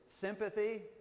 sympathy